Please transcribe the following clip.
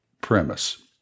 premise